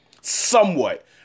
somewhat